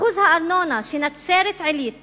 אחוז הארנונה שנצרת-עילית